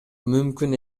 мүмкүн